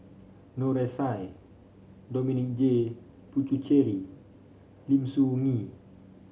Noor S I Dominic J Puthucheary Lim Soo Ngee